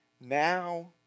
now